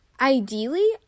Ideally